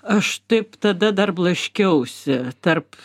aš taip tada dar blaškiausi tarp